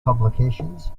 publications